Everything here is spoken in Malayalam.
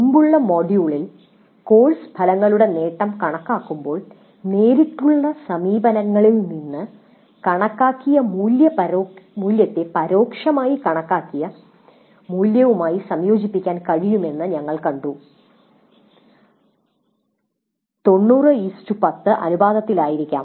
മുമ്പത്തെ മൊഡ്യൂളിൽ കോഴ്സ് ഫലങ്ങളുടെ നേട്ടം കണക്കാക്കുമ്പോൾ നേരിട്ടുള്ള സമീപനങ്ങളിൽ നിന്ന് കണക്കാക്കിയ മൂല്യത്തെ പരോക്ഷമായി കണക്കാക്കിയ മൂല്യവുമായി സംയോജിപ്പിക്കാൻ കഴിയുമെന്ന് ഞങ്ങൾ കണ്ടു 9010 അനുപാതത്തിലായിരിക്കാം